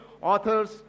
authors